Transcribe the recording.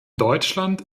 deutschland